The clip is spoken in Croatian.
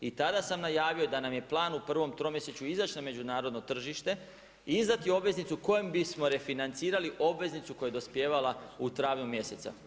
I tada sam najavio da nam je plan u prvom tromjesečju izaći na međunarodno tržište i izdati obveznicu kojom bismo refinancirali obveznicu koja je dospijevala u travnju mjesecu.